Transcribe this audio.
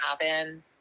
happen